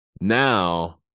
now